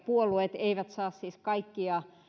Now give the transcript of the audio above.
puolueet eivät saa kaikkia